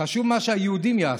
חשוב מה שהיהודים יעשו.